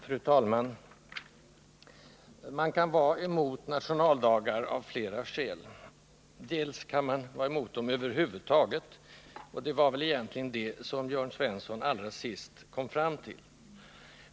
Fru talman! Man kan vara emot nationaldagar av flera skäl. Ett skäl är att man är emot sådana över huvud taget, och det var väl egentligen den ståndpunkten som Jörn Svensson allra sist kom fram till.